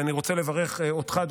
אני רוצה לברך אותך,